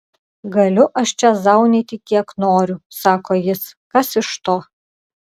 galiu aš čia zaunyti kiek noriu sako jis kas iš to